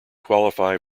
qualify